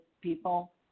people